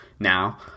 now